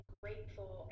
grateful